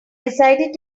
decided